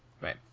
right